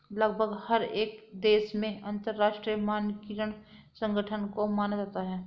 लगभग हर एक देश में अंतरराष्ट्रीय मानकीकरण संगठन को माना जाता है